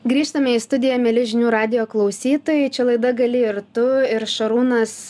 grįžtame į studiją mieli žinių radijo klausytojai čia laida gali ir tu ir šarūnas